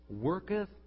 Worketh